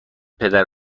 پدر